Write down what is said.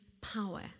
power